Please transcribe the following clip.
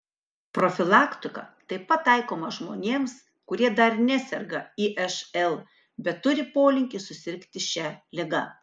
profilaktika taip pat taikoma žmonėms kurie dar neserga išl bet turi polinkį susirgti šia liga